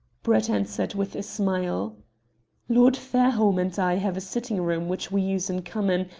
brett answered with a smile lord fairholme and i have a sitting-room which we use in common,